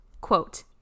quote